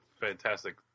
fantastic